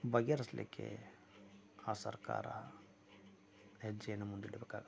ಬಗೆಹರಿಸಲಿಕ್ಕೆ ಆ ಸರ್ಕಾರ ಹೆಜ್ಜೆ ಮುಂದೆ ಇಡಬೇಕಾಗತ್ತೆ